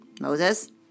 Moses